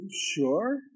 sure